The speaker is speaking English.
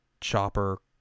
chopper